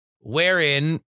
Wherein